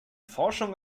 forschung